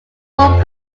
one